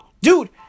Dude